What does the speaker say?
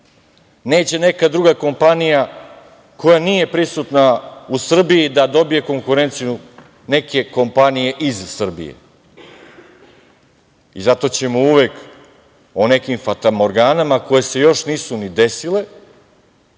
Neće neka druga kompanija koja nije prisutna u Srbiji da dobije konkurenciju neke kompanije iz Srbije. I zato ćemo uvek o nekim fatamorganama koje se još nisu ni desile